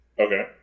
Okay